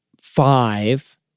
five